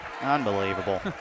Unbelievable